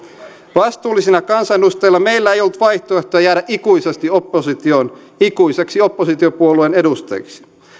vastuullisina kansanedustajina meillä ei ollut vaihtoehtoa jäädä ikuisesti oppositioon ikuiseksi oppositiopuolueen edustajiksi